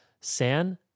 San